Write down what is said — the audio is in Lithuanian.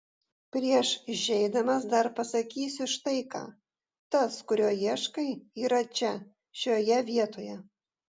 prieš išeidamas dar pasakysiu štai ką tas kurio ieškai yra čia šioje vietoje